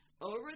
Over